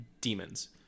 demons